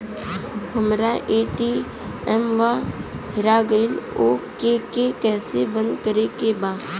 हमरा ए.टी.एम वा हेरा गइल ओ के के कैसे बंद करे के बा?